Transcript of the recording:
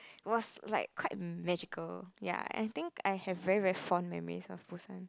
it was like quite magical ya and I think I have very very fond memories of Busan